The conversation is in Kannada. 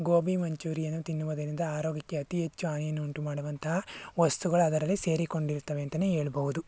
ಗೋಬಿ ಮಂಚೂರಿಯನ್ನು ತಿನ್ನುವುದರಿಂದ ಆರೋಗ್ಯಕ್ಕೆ ಅತಿ ಹೆಚ್ಚು ಹಾನಿಯನ್ನುಂಟು ಮಾಡುವಂತಹ ವಸ್ತುಗಳು ಅದರಲ್ಲಿ ಸೇರಿಕೊಂಡಿರುತ್ತವೆ ಅಂತಾನೇ ಹೇಳ್ಬೌದು